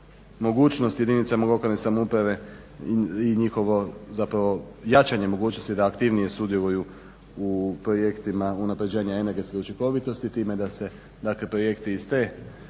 mogućnost jedinicama lokalne samouprave i njihovo zapravo jačanje mogućnosti da aktivnije sudjeluju u projektima unapređenja energetske učinkovitosti time da se, dakle projekti iz te skupine i